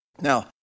Now